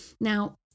Now